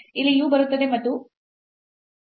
ಇಲ್ಲಿ u ಬರುತ್ತದೆ ಮತ್ತು ಇಲ್ಲಿಯೂ u ಬರುತ್ತದೆ